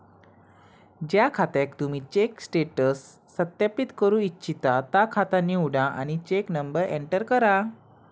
ज्या खात्याक तुम्ही चेक स्टेटस सत्यापित करू इच्छिता ता खाता निवडा आणि चेक नंबर एंटर करा